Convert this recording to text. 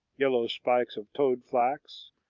yellow spikes of toad-flax,